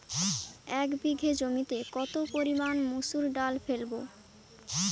এক বিঘে জমিতে কত পরিমান মুসুর ডাল ফেলবো?